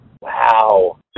Wow